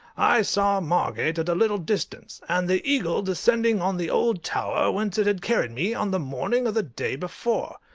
i saw margate at a little distance, and the eagle descending on the old tower whence it had carried me on the morning of the day before.